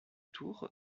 tour